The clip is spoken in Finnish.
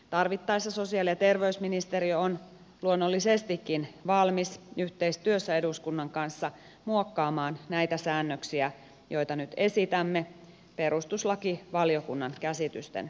tarvittaessa sosiaali ja terveysministeriö on luonnollisestikin valmis yhteistyössä eduskunnan kanssa muokkaamaan näitä säännöksiä joita nyt esitämme perustuslakivaliokunnan käsitysten mukaisiksi